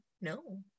no